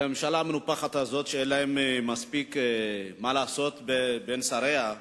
לממשלה המנופחת הזאת שאין לה מספיק מה לעשות עם שריה,